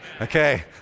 okay